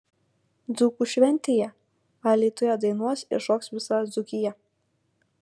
dzūkų šventėje alytuje dainuos ir šoks visa dzūkija